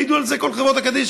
יעידו על זה כל חברות הקדישא.